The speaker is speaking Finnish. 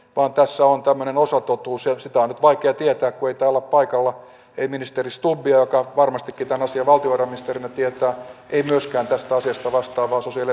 pontosoontuminen osui tuttuus ja sitä on vaikea tietää oikealla paikalla ei ministeri stubb joka varmasti karsia valtion rahasta tämä tieto ei myöskään tästä asiasta vastaava osuus yli